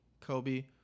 Kobe